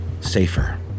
safer